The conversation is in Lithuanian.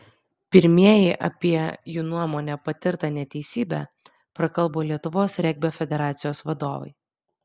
pirmieji apie jų nuomone patirtą neteisybę prakalbo lietuvos regbio federacijos vadovai